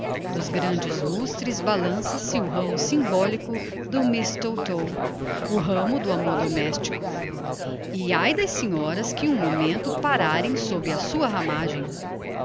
dos grandes lustres balança se o ramo symbolico do mistletoe o ramo do amor domestico e ai das senhoras que um momento pararem sob a sua ramagem